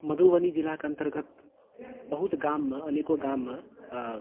मधुबनी जिलाके अन्तर्गत बहुत गाममे अनेको गाममे